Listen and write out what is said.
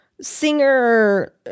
singer